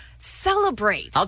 Celebrate